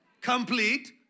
complete